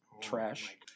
trash